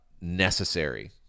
necessary